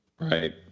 right